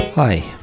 Hi